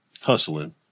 hustling